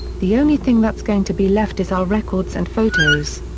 the only thing that's going to be left is our records and photos.